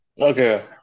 Okay